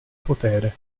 potere